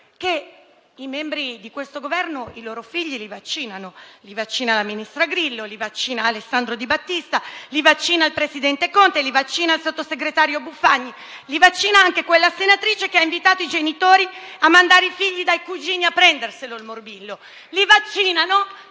che i membri di questo Governo vaccinano i loro figli: li vaccina il ministro Grillo, li vaccina Alessandro Di Battista, li vaccina il presidente Conte, li vaccina il sottosegretario Buffagni, li vaccina anche quella senatrice che ha invitato i genitori a mandare i figli dai cugini a prendersi il morbillo. Li vaccinano,